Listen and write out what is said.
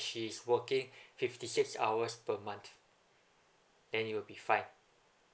she is working fifty six hours per month then you'll be fine